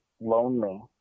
lonely